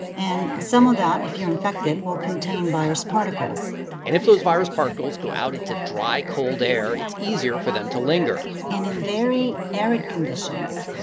and some of that, if you're infected, will contain virus particles and if those virus particles go out into dry, cold air, it's easier for them to linger and in very arid conditions,